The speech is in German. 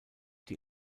die